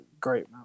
great